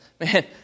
Man